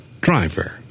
driver